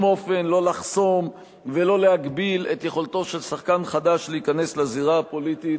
אופן לא לחסום ולא להגביל את יכולתו של שחקן חדש להיכנס לזירה הפוליטית,